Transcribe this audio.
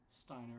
Steiner